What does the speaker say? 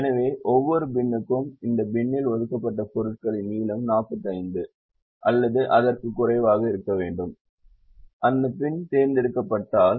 எனவே ஒவ்வொரு பின்னுக்கும் அந்தத் பின்னில் ஒதுக்கப்பட்ட பொருட்களின் நீளம் 45 அல்லது அதற்கு குறைவாக இருக்க வேண்டும் அந்தத் பின் தேர்ந்தெடுக்கப்பட்டால்